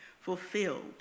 fulfilled